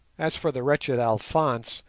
as for the wretched alphonse,